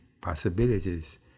possibilities